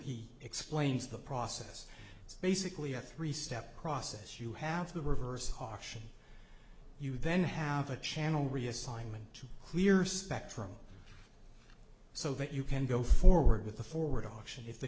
he explains the process it's basically a three step process you have the reverse auction you then have a channel reassignment to clear spectrum so that you can go forward with the forward option if the